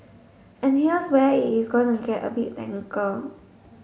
and here's where it is going to get a bit technical